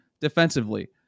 defensively